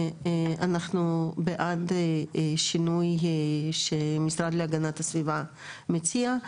אנחנו בעד השינוי שהמשרד להגנת הסביבה מציע,